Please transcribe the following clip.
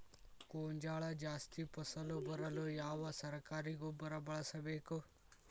ಗೋಂಜಾಳ ಜಾಸ್ತಿ ಫಸಲು ಬರಲು ಯಾವ ಸರಕಾರಿ ಗೊಬ್ಬರ ಬಳಸಬೇಕು?